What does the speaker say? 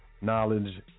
knowledge